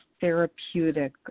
therapeutic